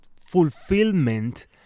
fulfillment